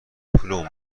پولمون